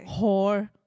whore